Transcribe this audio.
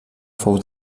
fou